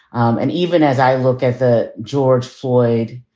um and even as i look at the george foid,